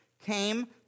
came